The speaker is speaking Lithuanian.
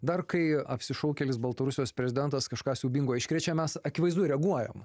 dar kai apsišaukėlis baltarusijos prezidentas kažką siaubingo iškrečia mes akivaizdu reaguojam